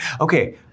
Okay